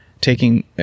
taking